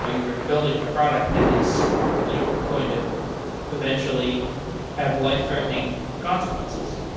ah you're building a product that is you know going to eventually have life-threatening consequences.